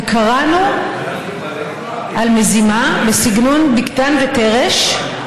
וקראנו על מזימה בסגנון בגתן ותרש.